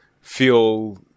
feel